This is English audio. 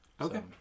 Okay